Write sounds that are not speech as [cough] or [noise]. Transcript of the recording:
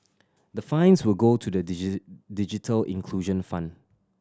the fines will go to the [unintelligible] digital inclusion fund